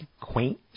quaint